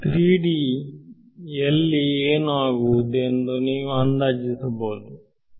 3Dಎಲ್ಲಿ ಏನು ಆಗುವುದು ಎಂದು ನೀವು ಅಂದಾಜಿಸಬಹುದೆ